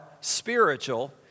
spiritual